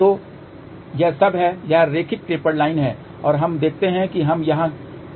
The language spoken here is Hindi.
तो यह सब है यह रैखिक टेपर्ड लाइन है और हम देखते हैं कि हम यहां क्या प्राप्त करते हैं